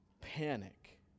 panic